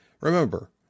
remember